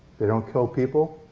they don't kill people.